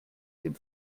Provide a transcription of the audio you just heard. dem